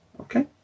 Okay